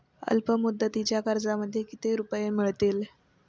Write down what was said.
अल्पमुदतीच्या कर्जामध्ये किती रुपये मिळतील?